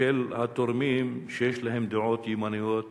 של התורמים שיש להם דעות ימניות,